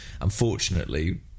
Unfortunately